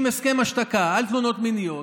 עם הסכם השתקה על תלונות מיניות,